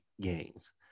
games